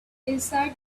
inside